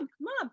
mom